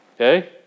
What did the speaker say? Okay